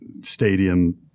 stadium